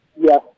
Yes